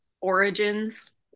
origins